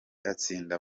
atsinda